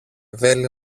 βέλη